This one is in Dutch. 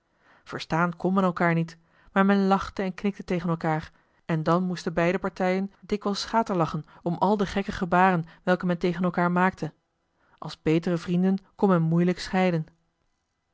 men elkaar niet maar men lachte en knikte tegen elkaar en dan moesten beiden partijen dikwijls schaterlachen om al de gekke gebaren welke men tegen elkaar maakte als betere vrienden kon men moeilijk scheiden